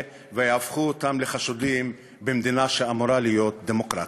ויהפכו אותם לחשודים במדינה שאמורה להיות דמוקרטית?